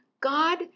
God